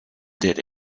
did